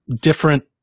different